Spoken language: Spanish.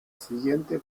siguiente